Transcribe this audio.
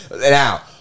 Now